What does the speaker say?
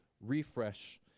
refresh